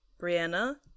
brianna